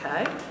okay